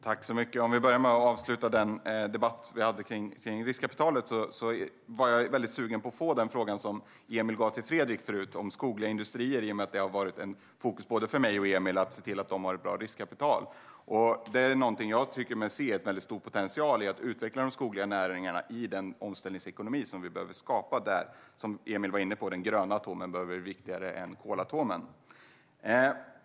Fru talman! Jag börjar med att avsluta den debatt vi hade om riskkapitalet. Jag var väldigt sugen på att få den fråga om skogliga industrier som Emil tidigare ställde till Fredrik. Det har ju varit ett fokus för både mig och Emil att se till att de har bra riskkapital. Jag tycker mig se stor potential i att utveckla de skogliga näringarna i den omställningsekonomi vi behöver skapa, där - som Emil var inne på - den gröna atomen behöver bli viktigare än kolatomen.